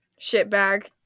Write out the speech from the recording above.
Shitbag